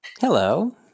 Hello